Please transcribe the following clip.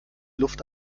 luft